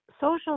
social